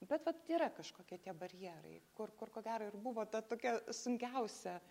bet vat yra kažkokie tie barjerai kur kur ko gero ir buvo ta tokia sunkiausia